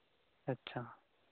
अच्छा